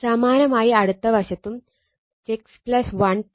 സമാനമായി അടുത്ത വശത്തും 6 1 0